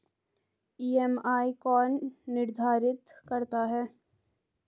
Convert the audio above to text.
EMI कौन निर्धारित करता है?